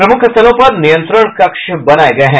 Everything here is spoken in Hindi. प्रमुख स्थलों पर नियंत्रण कक्ष बनाये गये हैं